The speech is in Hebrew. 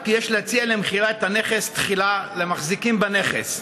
כי יש להציע למכירה את הנכס תחילה למחזיקים בנכס.